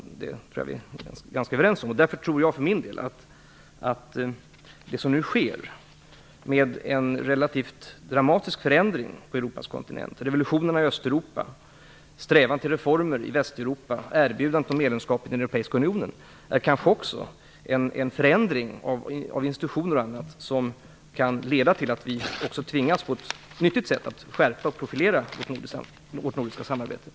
Jag tror att vi är ganska överens om det. Därför tror jag att det som nu sker, med en relativt dramatisk förändring på Europas kontinent - revolutionerna i Östeuropa, strävan efter reformer i Västeuropa, erbjudandet om medlemskap i den europeiska unionen - kanske också innebär en förändring i institutioner m.m. och leder till att vi tvingas att skärpa och profilera vårt nordiska samarbete på ett nyttigt sätt.